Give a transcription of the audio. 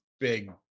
big